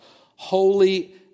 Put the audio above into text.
holy